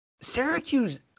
Syracuse